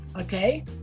okay